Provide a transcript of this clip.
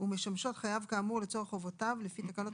ומשמשות חייב כאמור לצורך חובותיו לפי תקנות